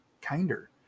kinder